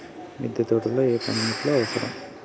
మిద్దె తోటలో ఏ పనిముట్లు అవసరం?